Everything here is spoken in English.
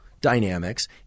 dynamics